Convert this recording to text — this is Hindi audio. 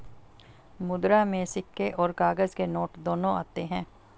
मुद्रा में सिक्के और काग़ज़ के नोट दोनों आते हैं